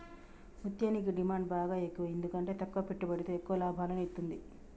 ముత్యనికి డిమాండ్ బాగ ఎక్కువ ఎందుకంటే తక్కువ పెట్టుబడితో ఎక్కువ లాభాలను ఇత్తుంది